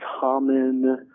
common